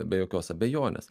be jokios abejonės